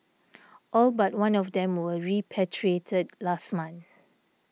all but one of them were repatriated last month